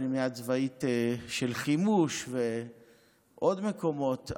פנימייה צבאית של חימוש ועוד מקומות,